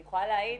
אני יכולה להעיד